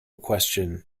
question